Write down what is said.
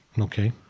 okay